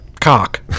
cock